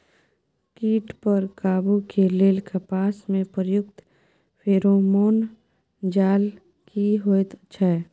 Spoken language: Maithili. कीट पर काबू के लेल कपास में प्रयुक्त फेरोमोन जाल की होयत छै?